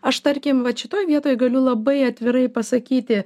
aš tarkim vat šitoj vietoj galiu labai atvirai pasakyti